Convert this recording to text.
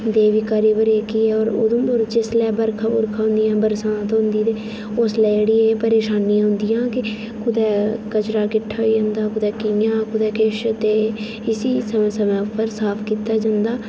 Devika river जेह्की ऐ होर उधमपुर च इसलै बरखा बुरखा होन्दियां बरसांत होंदी ते उसलै जेह्ड़ी एह् परेशानी होंदियां कि कुतै कचरा किट्ठा होई जंदा कुतै कियां कुतै किश ते इसी समें समें उप्पर साफ कीता जंदा